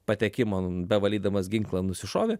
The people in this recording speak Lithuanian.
patekimo bevalydamas ginklą nusišovė